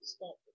Stop